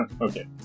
Okay